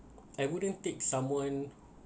I wouldn't take someone